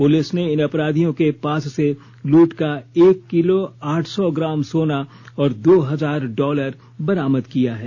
police ने इन अपराधियों के पास से लूट का एक किलो आठ सौ ग्राम सोना और दो हजार डॉलर बरामद किया है